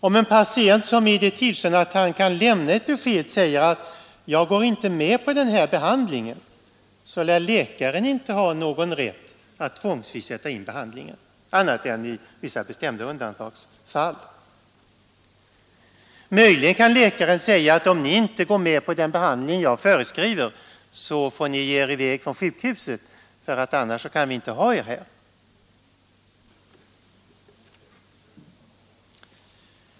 Om en patient, som är i det tillståndet att han kan lämna ett besked, säger att han inte går med på den och den behandlingen, så lär läkaren inte ha någon rätt att tvångsvis sätta in behandlingen, annat än i vissa bestämda undantagsfall. Möjligen kan läkaren säga: Om ni inte går med på den behandling jag föreskriver, så får ni ge er i väg från sjukhuset, för i så fall kan vi inte ha er här.